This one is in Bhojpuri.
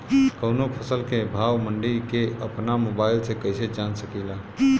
कवनो फसल के भाव मंडी के अपना मोबाइल से कइसे जान सकीला?